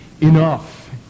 enough